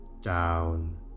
down